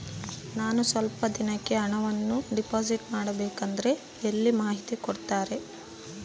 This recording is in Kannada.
ನಾನು ಸ್ವಲ್ಪ ದಿನಕ್ಕೆ ಹಣವನ್ನು ಡಿಪಾಸಿಟ್ ಮಾಡಬೇಕಂದ್ರೆ ಎಲ್ಲಿ ಮಾಹಿತಿ ಕೊಡ್ತಾರೆ?